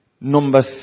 Number